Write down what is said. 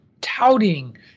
touting